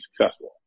successful